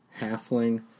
halfling